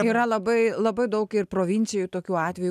yra labai labai daug ir provincijų tokių atvejų